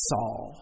Saul